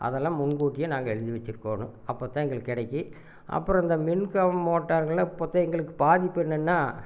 அதெல்லாம் முன் கூட்டியே நாங்கள் எழுதி வச்சிருக்கோணும் அப்போத்தான் எங்களுக்கு கிடைக்கி அப்புறம் அந்த மின் கம் மோட்டார்லாம் இப்போத்தான் எங்களுக்கு பாதிப்பு என்னன்னா